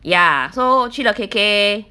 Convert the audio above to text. ya so 去了 K_K